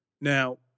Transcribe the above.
Now –